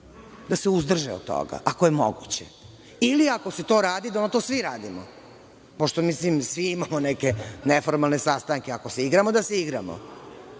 da se uzdrže od toga, ako je moguće. Ako se to radi, da onda to svi radimo, pošto svi imamo neke neformalne sastanke, ako se igramo, da se igramo.